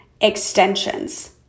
extensions